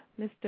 Mr